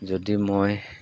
যদি মই